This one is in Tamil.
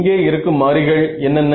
இங்கே இருக்கும் மாறிகள் என்னென்ன